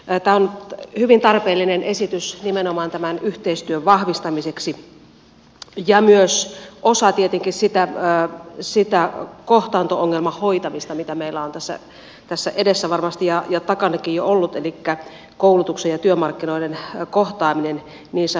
tämä on hyvin tarpeellinen esitys nimenomaan tämän yhteistyön vahvistamiseksi ja myös osa tietenkin sitä kohtaanto ongelman hoitamista mitä meillä on tässä edessä varmasti ja takanakin jo ollut elikkä koulutuksen ja työmarkkinoiden kohtaaminen niin sanotusti